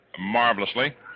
marvelously